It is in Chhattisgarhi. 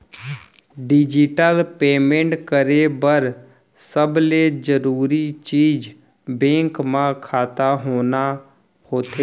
डिजिटल पेमेंट करे बर सबले जरूरी चीज बेंक म खाता होना होथे